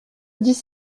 dix